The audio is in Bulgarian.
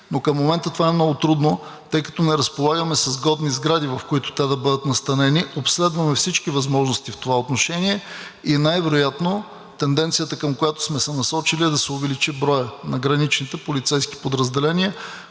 но към момента това е много трудно, тъй като не разполагаме със сгодни сгради, в които те да бъдат настанени. Обследваме всички възможности в това отношение и най-вероятно тенденцията, към която сме се насочили, е да се увеличи броят на граничните полицейски подразделения,